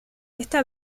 esta